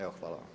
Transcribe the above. Evo hvala vam.